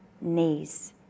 knees